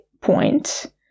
point